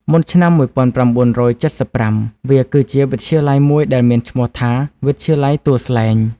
មុនឆ្នាំ១៩៧៥ វាគឺជាវិទ្យាល័យមួយដែលមានឈ្មោះថា វិទ្យាល័យទួលស្លែង។